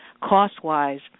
cost-wise